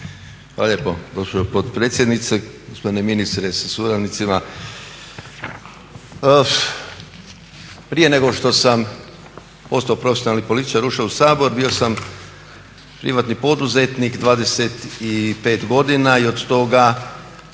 Hvala lijepa gospođo potpredsjednice, gospodine ministre sa suradnicima. Prije nego što sam postao profesionalni političar i ušao u Sabor bio sam privatni poduzetnik 25 godina i od toga